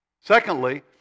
Secondly